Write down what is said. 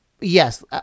yes